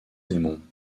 démon